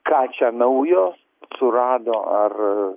ką čia naujo surado ar